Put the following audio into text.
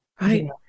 right